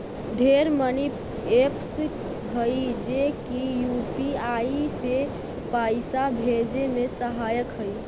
ढेर money apps हई जे की यू.पी.आई से पाइसा भेजे में सहायक हई